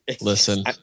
listen